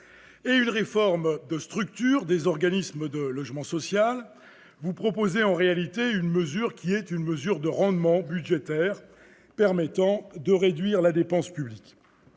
et une réforme de structure des organismes de logement social, vous proposez en réalité une mesure de rendement budgétaire permettant de réduire la dépense publique.